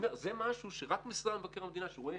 זה משהו שרק משרד מבקר המדינה שרואה